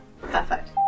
Perfect